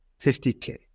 50K